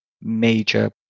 major